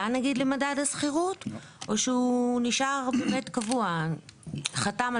שכבר לא צריכים דירה של ארבעה חדרים?